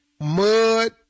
mud